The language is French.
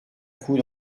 coup